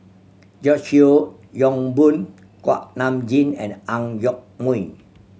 George Yeo Yong Boon Kuak Nam Jin and Ang Yoke Mooi